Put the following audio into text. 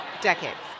decades